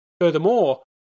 Furthermore